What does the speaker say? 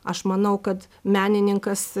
aš manau kad menininkas